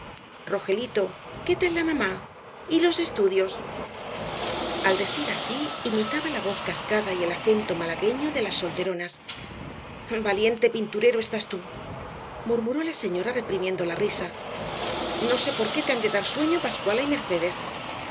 rogelito qué tal la mamá y los estudios al decir así imitaba la voz cascada y el acento malagueño de las solteronas valiente pinturero estás tú murmuró la señora reprimiendo la risa no sé por qué te han de dar sueño pascuala y mercedes